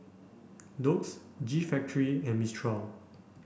Doux G Factory and Mistral